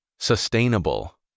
Sustainable